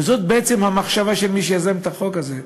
וזאת בעצם המחשבה של מי שיזם את החוק הזה.